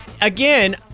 again